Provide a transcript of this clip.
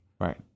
Right